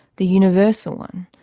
the universal one,